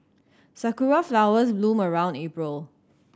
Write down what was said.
sakura flowers bloom around April